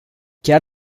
chiar